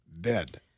dead